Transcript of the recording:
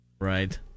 Right